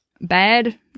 bad